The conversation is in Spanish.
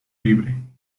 libre